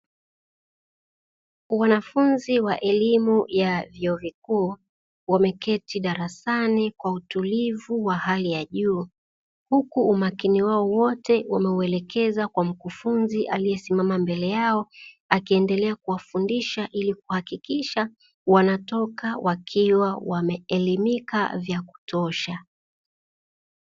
Wanafunzi wa elimu ya vyuo vikuu wameketi darasani kwa utulivu wa hali ya juu, huku umakini wao wote wameuelekeza kwa mkufunzi aliyesimama mbele yao akiendelea kuwafundisha, ili kuhakikisha wanatoka wakiwa wameelimika vya kutosha.